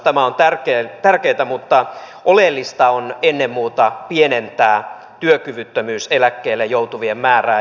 tämä on tärkeätä mutta oleellista on ennen muuta pienentää työkyvyttömyyseläkkeelle joutuvien määrää